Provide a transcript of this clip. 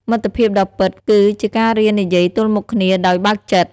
មិត្តភាពដ៏ពិត គឺជាការរៀននិយាយទល់មុខគ្នាដោយបើកចិត្ត។